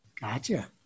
Gotcha